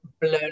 blown